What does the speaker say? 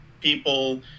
people